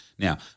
Now